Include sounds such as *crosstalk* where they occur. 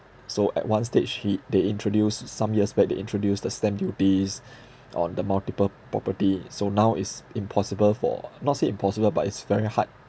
so at one stage he they introduced some years back they introduced the stamp duties *breath* on the multiple property so now it's impossible for not say impossible but it's very hard